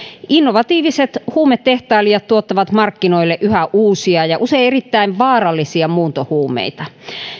innovatiiviset huumetehtailijat tuottavat markkinoille yhä uusia ja usein erittäin vaarallisia muuntohuumeita